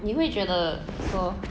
你会觉得说